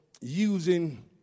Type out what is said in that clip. using